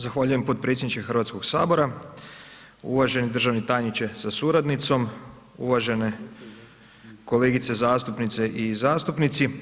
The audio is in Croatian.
Zahvaljujem potpredsjedniče Hrvatskog sabora, uvaženi državni tajniče sa suradnicom, uvažene kolegice zastupnice i zastupnici.